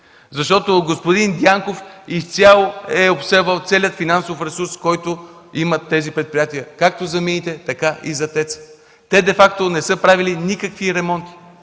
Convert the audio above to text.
защото господин Дянков изцяло е обсебвал целия финансов ресурс, който имат тези предприятия както за мините, така и за ТЕЦ-а. Те де факто не са правили никакви ремонти.